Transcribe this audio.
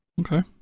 Okay